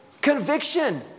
conviction